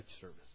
Service